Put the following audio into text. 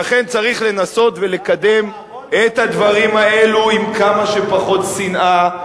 ולכן צריך לנסות ולקדם את הדברים האלו עם כמה שפחות שנאה,